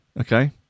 Okay